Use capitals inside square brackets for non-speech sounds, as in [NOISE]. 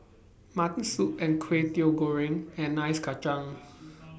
[NOISE] Mutton Soup and Kway Teow Goreng and Ice Kachang